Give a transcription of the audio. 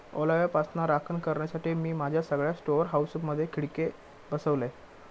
ओलाव्यापासना राखण करण्यासाठी, मी माझ्या सगळ्या स्टोअर हाऊसमधे खिडके बसवलय